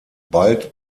bald